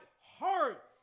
heart